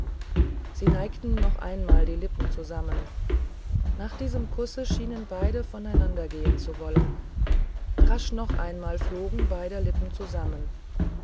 sie neigten noch einmal die lippen zusammen nach diesem kusse schienen beide voneinander gehen zu wollen rasch noch einmal flogen beider lippen zusammen